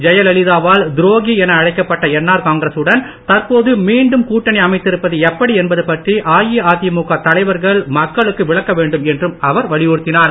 ஜெயல்லிதா வால் துரோகி என அழைக்கப்பட்ட என்ஆர் காங்கிரசுடன் தற்போது மீண்டும் கூட்டணி அமைத்திருப்பது எப்படி என்பது பற்றி அஇஅதிமுக தலைவர்கள் மக்களுக்கு விளக்க வேண்டும் என்றும் அவர் வலியுறுத்தினார்